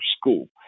school